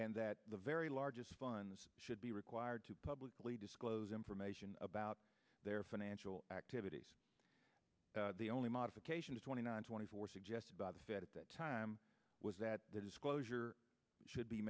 and that the very largest funds should be required to publicly disclose information about their financial activities the only modification to twenty nine twenty four suggested by the fed at that time was that the disclosure should be